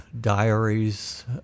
diaries